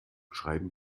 schreiben